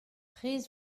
prez